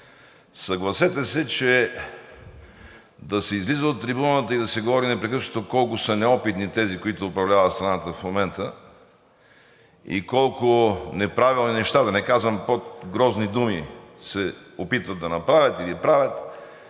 Съгласете се, че да се излиза на трибуната и да се говори непрекъснато колко са неопитни тези, които управляват страната в момента, и колко неправилни, да не казвам по-грозни думи, се опитват да направят или правят,